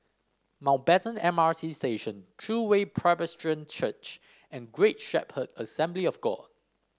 Mountbatten M R T Station True Way Presbyterian Church and Great Shepherd Assembly of God